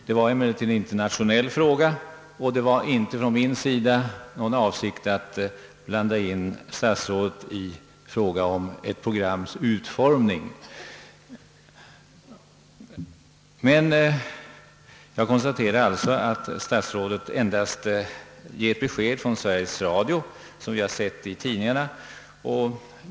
Det rörde sig emellertid om ett internationellt programspörsmål, och det var inte min avsikt att blanda in statsrådet i någon fråga om ett programs utformning. Jag konstaterar nu att statsrådet endast lämnar ett besked från Sveriges Radio som vi redan har läst i dagens tidningar.